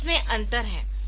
तो इसमे अंतर है